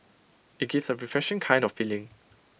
IT gives A refreshing kind of feeling